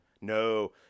no